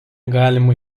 galima